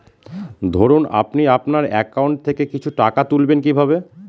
ধরুন আপনি আপনার একাউন্ট থেকে কিছু টাকা তুলবেন কিভাবে?